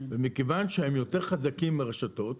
מכיוון שהם יותר חזקים מהרשתות,